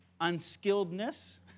unskilledness